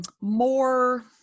More